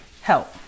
help